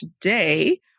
today